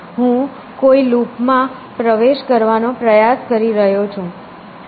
હું કોઈ લૂપ માં પ્રવેશ કરવાનો પ્રયાસ કરી રહ્યો છું